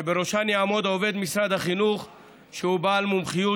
שבראשן יעמוד עובד משרד החינוך שהוא בעל מומחיות,